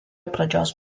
pradžios